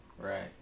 Right